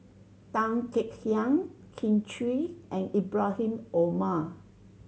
Tan Kek Hiang Kin Chui and Ibrahim Omar